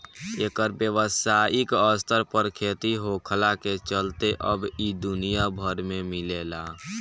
एकर व्यावसायिक स्तर पर खेती होखला के चलते अब इ दुनिया भर में मिलेला